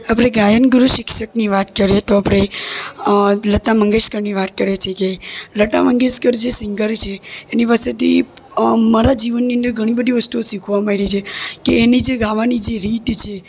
આપણે ગાયન ગુરુ શિક્ષકની વાત કરીએ તો આપણે લતા મંગેશકરની વાત કરીએ છે કે લતા મંગેશકર જે સિંગર છે એની પાસેથી મારા જીવનની અંદર ઘણી બધી વસ્તુ શીખવા મળી છે કે એની જે ગાવાની જે રીત છે